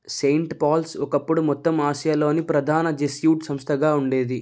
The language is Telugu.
సెయింట్ పాల్స్ ఒకప్పుడు మొత్తం ఆసియాలోని ప్రధాన జెస్యూట్ సంస్థగా ఉండేది